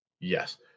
Yes